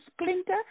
splinter